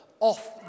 Off